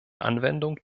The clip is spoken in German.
anwendung